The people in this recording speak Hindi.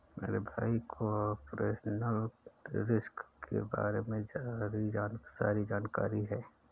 मेरे भाई को ऑपरेशनल रिस्क के बारे में सारी जानकारी है